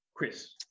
Chris